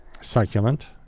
succulent